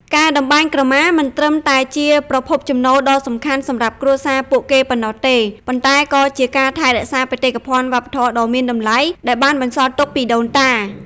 ការតម្បាញក្រមា មិនត្រឹមតែជាប្រភពចំណូលដ៏សំខាន់សម្រាប់គ្រួសារពួកគេប៉ុណ្ណោះទេ ប៉ុន្តែក៏ជា ការថែរក្សាបេតិកភណ្ឌវប្បធម៌ដ៏មានតម្លៃ ដែលបានបន្សល់ទុកពីដូនតា។